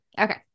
okay